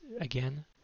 again